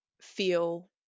feel